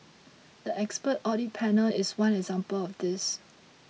the expert audit panel is one example of this